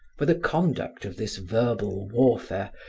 for the conduct of this verbal warfare,